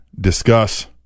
discuss